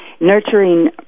nurturing